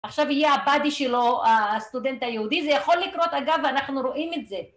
עכשיו יהיה הבאדי שלו הסטודנט היהודי, זה יכול לקרות אגב, ואנחנו רואים את זה.